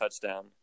touchdown